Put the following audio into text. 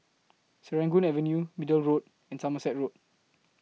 Serangoon Avenue Middle Road and Somerset Road